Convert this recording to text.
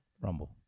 Rumble